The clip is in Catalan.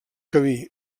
camí